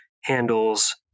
handles